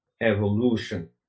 evolution